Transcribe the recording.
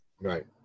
right